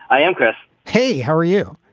i am, chris. hey, how are you?